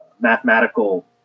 mathematical